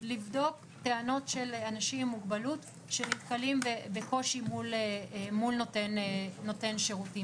לבדוק טענות של אנשים עם מוגבלות שנתקלים בקושי מול נותן שירותים,